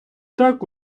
так